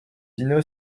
dino